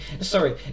Sorry